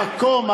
איזה מקומות?